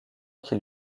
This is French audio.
qui